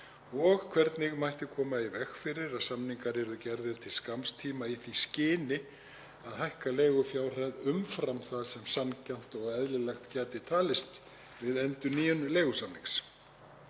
og hvernig mætti koma í veg fyrir að samningar yrðu gerðir til skamms tíma í því skyni að hækka leigufjárhæð umfram það sem sanngjarnt og eðlilegt gæti talist við endurnýjun leigusamnings.